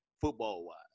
football-wise